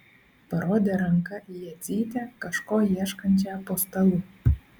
parodė ranka į jadzytę kažko ieškančią po stalu